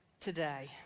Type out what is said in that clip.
today